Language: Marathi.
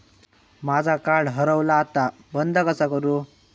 माझा कार्ड हरवला आता बंद कसा करू?